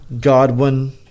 Godwin